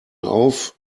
auf